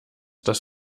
das